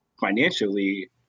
financially